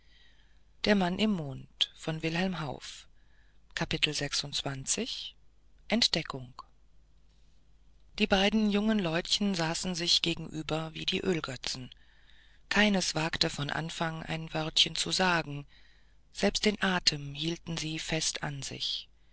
entdeckung die beiden jungen leutchen saßen sich gegenüber wie die ölgötzen keines wagte von anfang ein wörtchen zu sagen selbst den atem hielten sie fest an sich